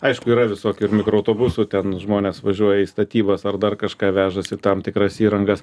aišku yra visokių ir mikroautobusų ten žmonės važiuoja į statybas ar dar kažką vežasi tam tikras įrangas